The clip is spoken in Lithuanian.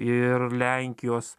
ir lenkijos